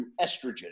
estrogen